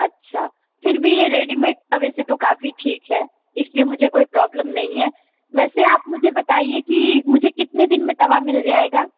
अच्छा फिर भी ये रेडीमेड तवे से तो काफ़ी ठीक है इस लिए मुझे कोई प्रॉब्लम नहीं है वैसे आप मुझे बताइए कि मुझे कितने दिन में तवा मिल जाएगा